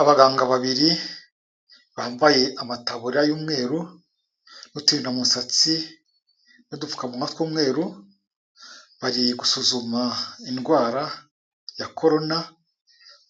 Abaganga babiri bambaye amataburiya y'umweru, n'turindamusatsi, n'udupfukamunwa tw'umweru, bari gusuzuma indwara ya corona,